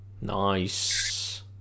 Nice